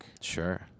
Sure